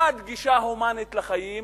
בעד גישה הומנית לחיים,